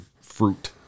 fruit